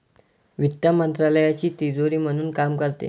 वित्त मंत्रालयाची तिजोरी म्हणून काम करते